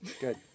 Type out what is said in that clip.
Good